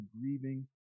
grieving